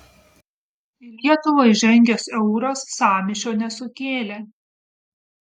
į lietuvą įžengęs euras sąmyšio nesukėlė